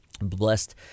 blessed